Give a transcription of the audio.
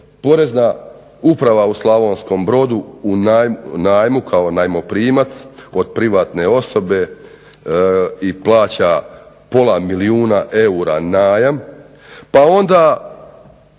porezna uprava u Slavonskom brodu u najmu kao najmoprimac od privatne osobe i plaća pola milijuna eura najam.